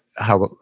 how.